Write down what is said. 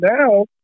Now